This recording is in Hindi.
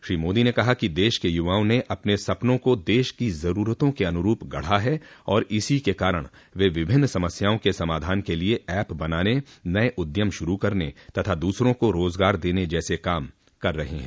श्री मोदी ने कहा कि देश के युवाओं न अपने सपनों को देश की ज़रूरतों के अनुरूप गढ़ा है और इसी के कारण वे विभिन्न समस्याओं के समाधान के लिए ऐप बनाने नये उद्यम शुरू करने तथा दूसरों को रोजगार देने जैसे काम कर रहे हैं